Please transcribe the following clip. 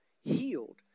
healed